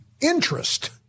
interest